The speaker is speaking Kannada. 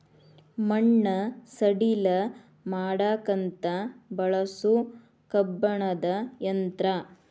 ಮಣ್ಣ ಸಡಿಲ ಮಾಡಾಕಂತ ಬಳಸು ಕಬ್ಬಣದ ಯಂತ್ರಾ